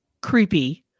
creepy